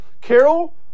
Carol